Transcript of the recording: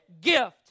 gift